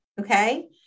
Okay